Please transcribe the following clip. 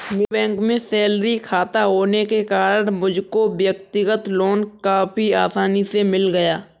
मेरा बैंक में सैलरी खाता होने के कारण मुझको व्यक्तिगत लोन काफी आसानी से मिल गया